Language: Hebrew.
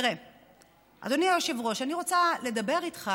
אדוני היושב-ראש, אני רוצה לדבר איתך